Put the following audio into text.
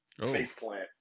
Faceplant